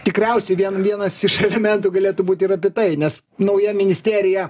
tikriausiai vien vienas iš elemetų galėtų būti ir apie tai nes nauja ministerija